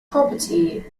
property